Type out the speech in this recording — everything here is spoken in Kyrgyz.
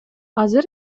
азыр